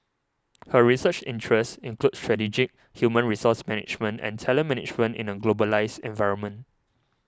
her research interests include strategic human resource management and talent management in a globalised environment